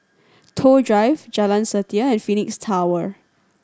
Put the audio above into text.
Toh Drive Jalan Setia and Phoenix Tower